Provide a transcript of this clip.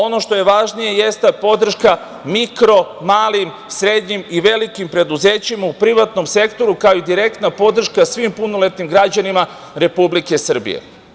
Ono što je važnije, jeste podrška mikro, malim, srednjim i velikim preduzećima u privatnom sektoru, kao i direktna podrška svim punoletnim građanima Republike Srbije.